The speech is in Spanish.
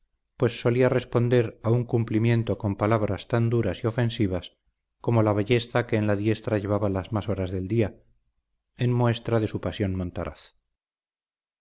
pues solía responder a un cumplimiento con palabras tan duras y ofensivas como la ballesta que en la diestra llevaba las más horas del día en muestra de su pasión montaraz